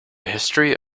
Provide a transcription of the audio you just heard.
history